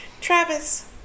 Travis